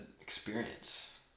experience